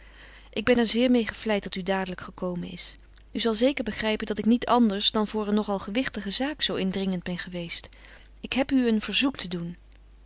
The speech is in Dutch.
ik ben er zeer meê gevleid dat u dadelijk gekomen is u zal zeker begrijpen dat ik niet anders dan voor een nog al gewichtige zaak zoo indringend ben geweest ik heb u een verzoek te doen